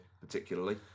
particularly